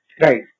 Right